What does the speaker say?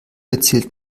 erzählt